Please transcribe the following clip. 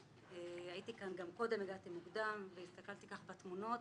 הייתי כאן גם קודם, הגעתי מוקדם והסתכלתי בתמונות.